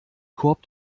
korb